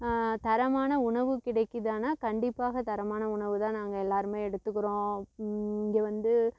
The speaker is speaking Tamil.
தரமான உணவு கிடைக்குதானா கண்டிப்பாக தரமான உணவு தான் நாங்கள் எல்லாருமே எடுத்துக்கிறோம் இது வந்து